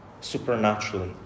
supernaturally